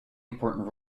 important